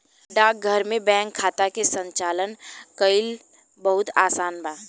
डाकघर में बैंक खाता के संचालन कईल बहुत आसान बा